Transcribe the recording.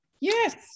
Yes